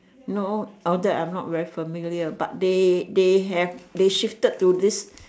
no all that I'm not very familiar but they they have they shifted to this